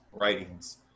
writings